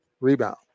rebound